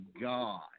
god